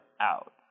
out